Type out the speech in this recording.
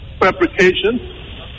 fabrication